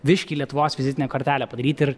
biškį lietuvos vizitinę kortelę padaryt ir